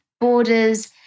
borders